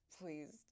please